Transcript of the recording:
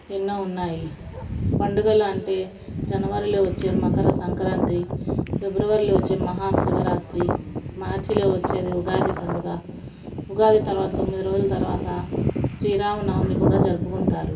ఎన్నో ఉన్నాయి పండగలు అంటే జనవరిలో వచ్చే మకర సంక్రాంతి ఫిబ్రవరిలో వచ్చే మహాశివరాత్రి మార్చిలో వచ్చేది ఉగాది పండగ ఉగాది తరువాత తొమ్మిది రోజుల తరువాత శ్రీరామనవమి కూడ జరుపుకుంటారు